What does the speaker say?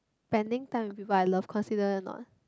spending time with people I love consider or not